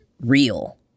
real